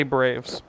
Braves